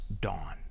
dawn